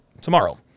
tomorrow